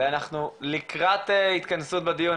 אנחנו לקראת התכנסות בדיון,